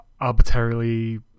arbitrarily